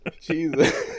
Jesus